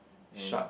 and